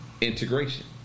integration